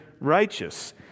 righteous